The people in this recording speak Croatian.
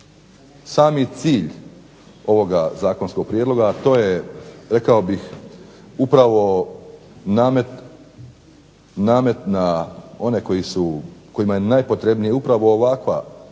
sami cilj ovog zakonskog prijedloga a to je upravo namet na one kojima je najpotrebnije upravo ovakva